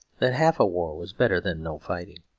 that half a war was better than no fighting.